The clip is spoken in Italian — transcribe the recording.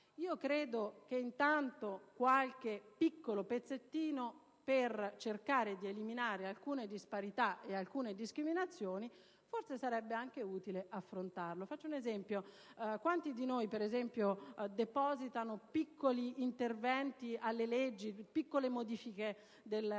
credo che intanto qualche piccolo pezzettino per cercare di eliminare alcune disparità e discriminazioni forse sarebbe anche utile farlo. Faccio un esempio. Quanti di noi per esempio propongono piccoli interventi sulle leggi, piccole modifiche del codice